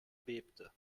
bebte